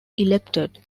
elected